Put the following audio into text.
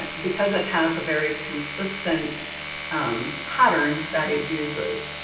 because it has a very consistent um pattern that it uses.